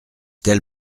telle